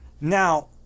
Now